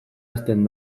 hasten